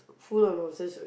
full of nonsense